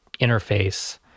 interface